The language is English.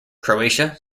croatia